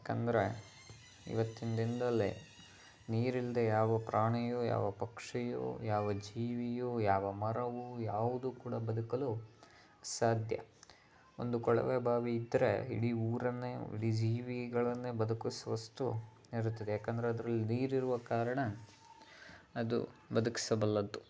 ಯಾಕಂದರೆ ಇವತ್ತಿನ ದಿನದಲ್ಲಿ ನೀರಿಲ್ಲದೆ ಯಾವ ಪ್ರಾಣಿಯೂ ಯಾವ ಪಕ್ಷಿಯೂ ಯಾವ ಜೀವಿಯೂ ಯಾವ ಮರವೂ ಯಾವುದೂ ಕೂಡ ಬದುಕಲು ಅಸಾಧ್ಯ ಒಂದು ಕೊಳವೆ ಬಾವಿ ಇದ್ದರೆ ಇಡಿ ಊರನ್ನೇ ಇಡಿ ಜೀವಿಗಳನ್ನೇ ಬದುಕಿಸುವಷ್ಟು ಇರುತ್ತದೆ ಯಾಕಂದರೆ ಅದ್ರಲ್ಲಿ ನೀರಿರುವ ಕಾರಣ ಅದು ಬದುಕಿಸಬಲ್ಲದು